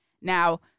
now